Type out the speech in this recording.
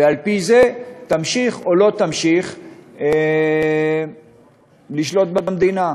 ועל-פי זה תמשיך או לא תמשיך לשלוט במדינה.